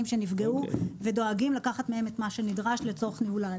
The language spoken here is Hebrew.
שנפגעו ודואגים לקחת מהם את מה שנדרש לצורך ניהול ההליך.